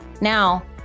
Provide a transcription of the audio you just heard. Now